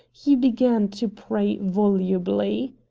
he began to pray volubly.